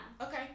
Okay